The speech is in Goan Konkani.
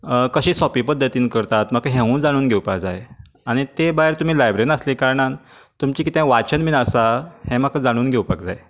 कश्या सोंप्या पद्धतीन करतात म्हाका हेंवूय जाणून घेवपाक जाय आनी ते भायर तुमी लायब्रिरीयन आसल्या कारणान तुमचें कितेंय वाचन बी आसा हें म्हाका जाणून घेवपाक जाय